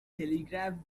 telegraph